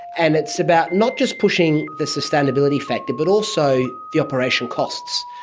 and it's about not just pushing the sustainability factor but also the operation costs,